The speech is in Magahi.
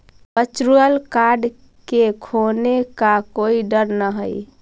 वर्चुअल कार्ड के खोने का कोई डर न हई